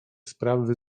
sprawy